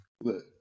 Look